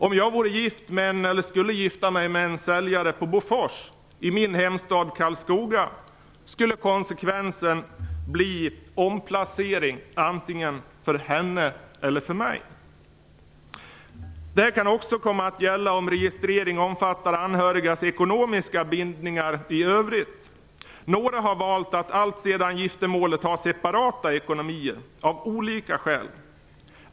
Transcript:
Om jag skulle gifta mig med en säljare på Bofors i min hemstad Karlskoga skulle konsekvensen bli omplacering, antingen för henne eller mig. Så kan det också bli om registrering skall omfatta anhörigas ekonomiska bindningar i övrigt. Några har valt att alltsedan giftermålet ha separata ekonomier, av olika skäl.